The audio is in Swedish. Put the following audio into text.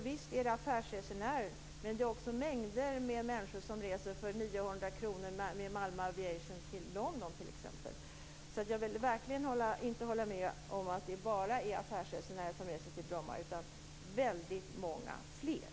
Visst är det affärsresenärer, men det är också mängder med människor som reser för 900 kr med Malmö Aviation till exempelvis London. Jag vill verkligen inte hålla med om att det bara är affärsresenärer som reser till Bromma, utan det är väldigt många fler.